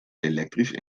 elektrisch